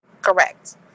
Correct